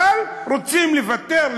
אבל רוצים לוותר,